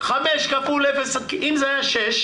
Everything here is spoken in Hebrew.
כי אם זה היה 6,